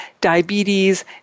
diabetes